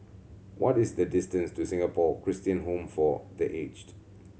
what is the distance to Singapore Christian Home for The Aged